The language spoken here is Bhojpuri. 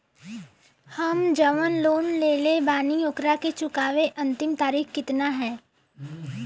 हम जवन लोन लेले बानी ओकरा के चुकावे अंतिम तारीख कितना हैं?